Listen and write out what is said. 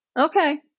okay